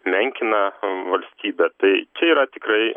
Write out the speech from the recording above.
menkina valstybę tai čia yra tikrai